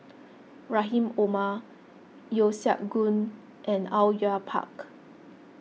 Rahim Omar Yeo Siak Goon and Au Yue Pak